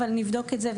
אבל נבדוק את זה.